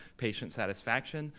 patient satisfaction,